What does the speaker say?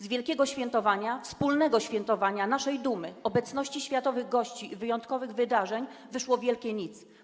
Z wielkiego świętowania, wspólnego świętowania naszej dumy, obecności światowych gości i wyjątkowych wydarzeń wyszło wielkie nic.